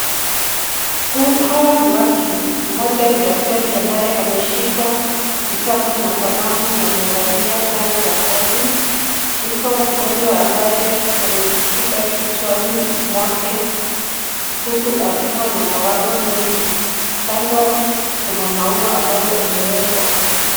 Hawa ni watu, mmoja ni daktari ambaye ameshika kitabu na kalamu na amevalia sare za kazi. Iko mgonjwa ambaye amejishika kichwani mwake huku akiwa na mawazo mengi. Kando kuna maua ambayo imewekwa.